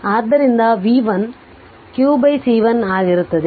ಆದ್ದರಿಂದ v1 q C1 ಆಗಿರುತ್ತದೆ